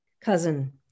Cousin